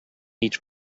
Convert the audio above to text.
each